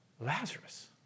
Lazarus